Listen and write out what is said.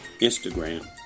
Instagram